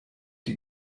die